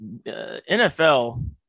NFL